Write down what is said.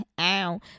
ow